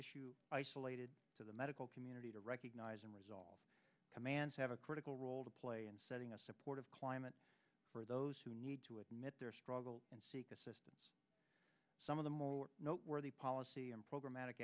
issue isolated to the medical community to recognize and resolve commands have a critical role to play in setting a supportive climate for those who need to admit their struggle and seek assistance some of the more noteworthy policy and programmatic